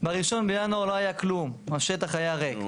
בראשון בינואר לא היה כלום, השטח היה ריק.